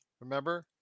remember